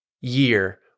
year